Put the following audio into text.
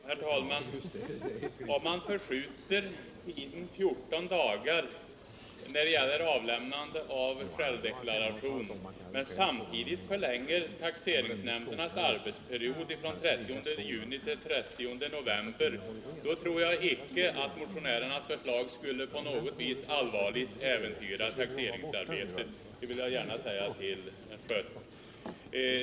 Herr talman! Om man förlänger tiden för deklarationens avlämnande med 14 dagar och samtidigt förlänger taxeringsnämndernas arbetsperiod från den 30 juni till den 30 november, tror jag inte att motionärernas förslag på något sätt skulle äventyra taxeringsarbetet. Det vill jag gärna säga till herr Schött.